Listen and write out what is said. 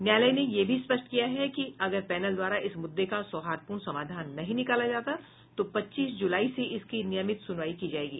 न्यायालय ने यह भी स्पष्ट किया है कि अगर पैनल द्वारा इस मुद्दे का सौहार्दपूर्ण समाधान नहीं निकाला जाता तो पच्चीस जुलाई से इसकी नियमित सुनवाई की जायेगी